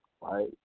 Right